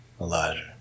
Elijah